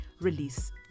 release